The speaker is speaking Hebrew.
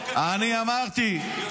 זה הכול סיסמאות.